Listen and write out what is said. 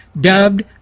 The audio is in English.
Dubbed